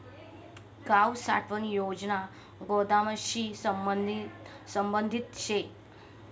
गाव साठवण योजना गोदामशी संबंधित शे